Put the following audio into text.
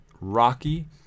Rocky